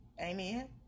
amen